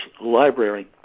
Library